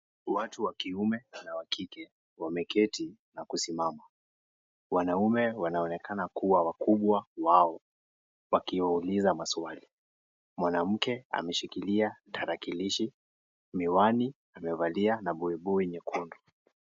Watu wa kiume na wa kike wameketi na kusimama, wanaume wanaonekana wakiwa wakubwa wao wakiwauliza maswali. Mwanamke ameshikilia tarakilishi, miwani amevalia na buibui nyekundu.